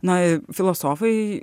na filosofai